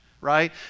right